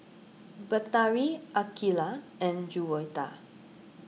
Batari Aqeelah and Juwita